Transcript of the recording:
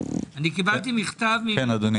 בבקשה.